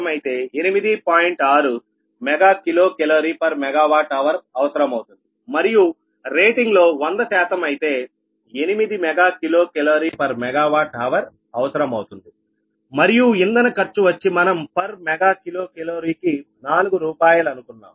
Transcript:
6 mega kilo calorie per megawatt hour అవసరమౌతుంది మరియు rating లో 100 శాతం అయితే 8 mega kilo calorie per megawatt hour అవసరమౌతుంది మరియు ఇంధన ఖర్చు వచ్చి మనం పర్ మెగా కిలో కెలోరీ కి నాలుగు రూపాయలు అనుకున్నాం